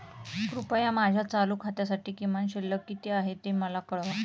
कृपया माझ्या चालू खात्यासाठी किमान शिल्लक किती आहे ते मला कळवा